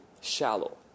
shallow